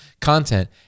content